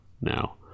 now